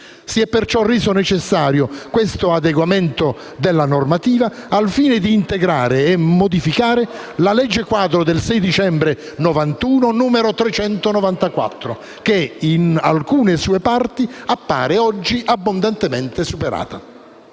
Si è perciò reso necessario questo adeguamento della normativa, al fine di integrare e modificare la legge quadro del 6 dicembre 1991, n. 394, che in alcune sue parti appare oggi abbondantemente superata.